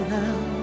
now